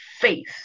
faith